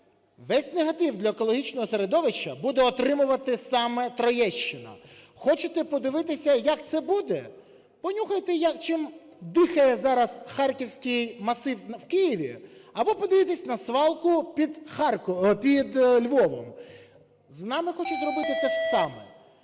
весь негатив для екологічного середовища буде отримувати саме Троєщина. Хочете подивитися, як це буде? Понюхайте, чим дихає зараз Харківський масив в Києві, або подивіться на свалку під Львовом. З нами хочуть зробити те ж саме.